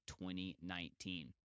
2019